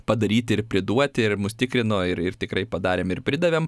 padaryti ir priduoti ir mus tikrino ir ir tikrai padarėm ir pridavėm